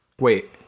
Wait